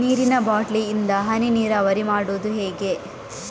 ನೀರಿನಾ ಬಾಟ್ಲಿ ಇಂದ ಹನಿ ನೀರಾವರಿ ಮಾಡುದು ಹೇಗೆ?